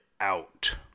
out